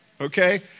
Okay